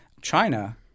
China